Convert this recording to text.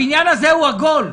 הבניין הזה הוא עגול.